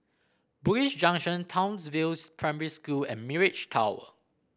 Bugis Junction Townsville Primary School and Mirage Tower